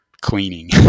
cleaning